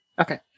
Okay